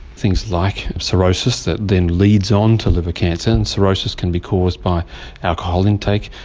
things like cirrhosis that then leads on to liver cancer, and cirrhosis can be caused by alcohol intake.